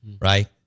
right